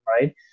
right